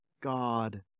God